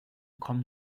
kommen